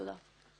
תודה.